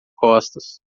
costas